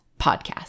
podcast